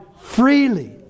freely